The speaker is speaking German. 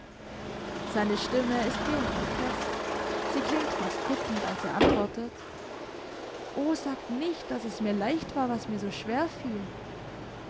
seine stimme ist weniger fest sie klingt fast bittend als er antwortet o sagt nicht daß es mir leicht war was mir so schwer fiel